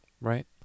right